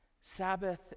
Sabbath